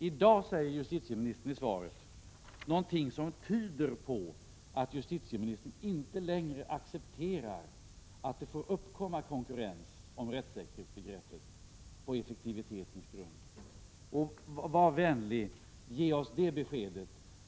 I dag säger justitieministern i svaret någonting som tyder på att han inte längre accepterar att det får uppkomma konkurrens mellan rättssäkerhet och effektiviteten. Var vänlig och ge oss ett besked!